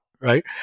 right